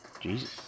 Jesus